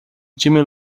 jimmy